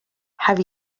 have